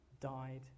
died